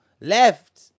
left